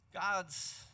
God's